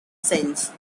sense